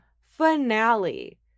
finale